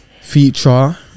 feature